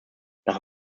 nach